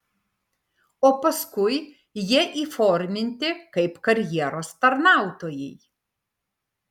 o paskui jie įforminti kaip karjeros tarnautojai